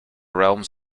realms